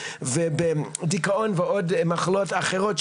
ודכאון ועוד מחלות אחרות,